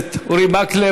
הכנסת אורי מקלב.